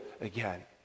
again